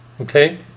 Okay